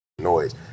noise